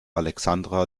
alexandra